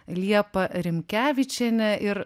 liepa rimkevičiene ir